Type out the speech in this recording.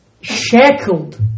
shackled